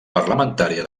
parlamentària